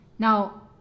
Now